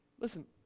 Listen